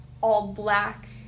all-black